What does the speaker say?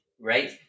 right